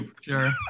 Sure